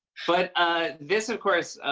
but ah this of course